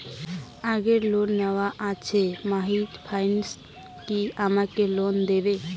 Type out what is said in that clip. আগের লোন নেওয়া আছে মাহিন্দ্রা ফাইন্যান্স কি আমাকে লোন দেবে?